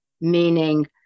Meaning